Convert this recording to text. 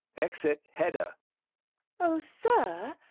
exit hedda oh, sir,